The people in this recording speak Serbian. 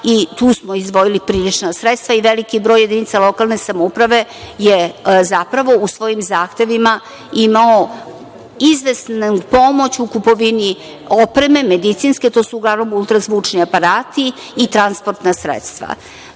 i tu smo izdvojili prilična sredstva i veliki broj jedinica lokalne samouprave je zapravo u svojim zahtevima imao izvesnu pomoć u kupovini opreme medicinske, to su uglavnom ultrazvučni aparati i transportna sredstva. Treći